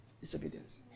disobedience